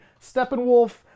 Steppenwolf